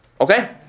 Okay